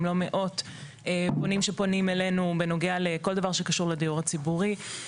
לא מאות פונים שפונים אלינו בנוגע לכל דבר שקשור לדיור הציבורי.